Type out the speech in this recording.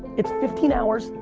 it's fifteen hours,